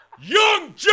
Young